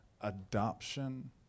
adoption